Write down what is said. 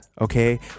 okay